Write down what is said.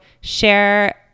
share